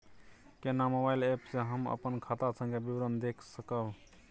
केना mobile app से हम अपन खाता संख्या के विवरण देख सकब?